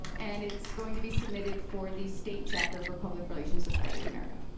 and it's going to be submitted for the state chapter for public relations society of america.